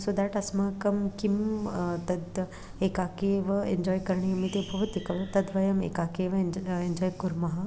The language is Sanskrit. सो दट् अस्माकं किं तत् एकाकी एव एन्जोय् करणीयमिति भवति खलु तद्वयम् एकाकी एव एन्ज् एञ्जोय् कुर्मः